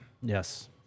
Yes